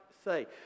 say